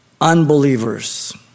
unbelievers